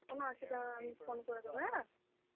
কোনো অসুবিধা হলে আমি ফোন করে দেব হ্যাঁ